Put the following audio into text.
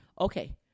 okay